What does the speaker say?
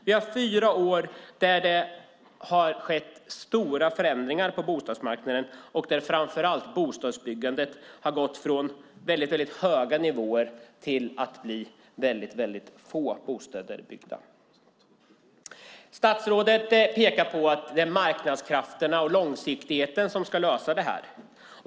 Det är fyra år då det har skett stora förändringar på bostadsmarknaden och då framför allt bostadsbyggandet har gått från väldigt höga nivåer till att det byggs väldigt få bostäder. Statsrådet pekar på att det är marknadskrafterna och långsiktigheten som ska lösa det här.